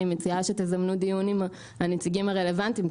אני באמת מציעה שתזמנו דיון עם הנציגים הרלוונטיים,